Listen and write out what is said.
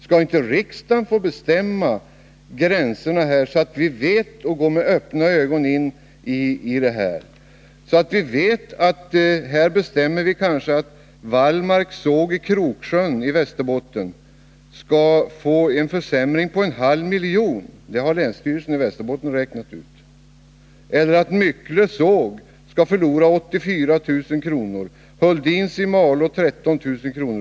Skall inte riksdagen få bestämma gränserna, så att vi fattar beslut med öppna ögon och vet vad som kommer att gälla? Vi bör väl veta att vi bestämmer att t.ex. Wallmarks såg i Kroksjön i Västerbotten skall få en försämring på en halv miljon kronor — det resultatet har länsstyrelsen i Västerbottens län kommit fram till — eller att Myckle såg skall förlora 84 000 kr., Hultdins i Malå 13 000 kr.